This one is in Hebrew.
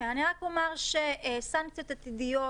אני רק אומר שסנקציות עתידיות,